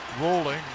Rolling